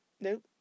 nope